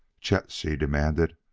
chet, she demanded,